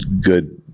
good